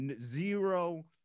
zero